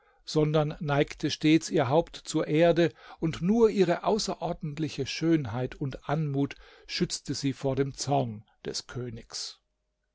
sondern neigte stets ihr haupt zur erde und nur ihre außerordentliche schönheit und anmut schützte sie vor dem zorn des königs